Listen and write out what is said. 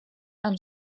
amb